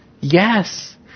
Yes